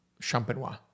Champenois